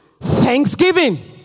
thanksgiving